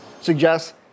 suggests